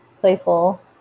playful